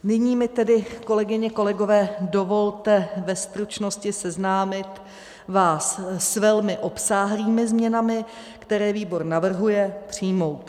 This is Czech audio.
Nyní mi tedy, kolegyně, kolegové, dovolte ve stručnosti seznámit vás s velmi obsáhlými změnami, které výbor navrhuje přijmout.